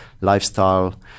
lifestyle